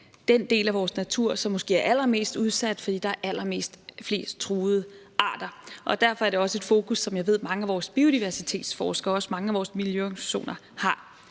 den del af vores natur, som måske er allermest udsat, fordi der er allerflest truede arter, og derfor er det også et fokus, som jeg ved mange af vores biodiversitetsforskere og også mange af vores miljøorganisationer har.